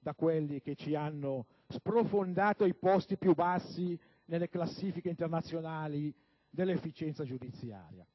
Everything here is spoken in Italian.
da quelli che ci hanno sprofondato ai posti più bassi nelle classifiche internazionali dell'efficienza giudiziaria.